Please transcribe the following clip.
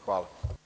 Hvala.